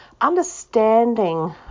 understanding